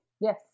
Yes